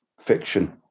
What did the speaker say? fiction